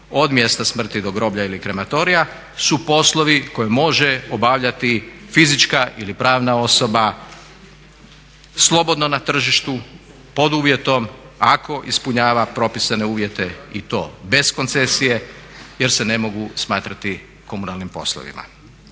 od mjesta smrti do groblja ili krematorija su poslovi koje može obavljati fizička ili pravna osoba slobodno na tržištu pod uvjetom ako ispunjava propisane uvjete i to bez koncesije jer se ne mogu smatrati komunalnim poslovima.